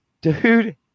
dude